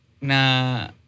na